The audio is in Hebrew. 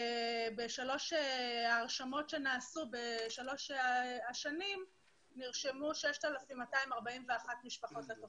בשלוש ההרשמות שנעשו בשלוש השנים נרשמו 6,241 משפחות לתוכנית.